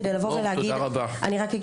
כדי לבוא ולהגיד --- כשאת אומרת: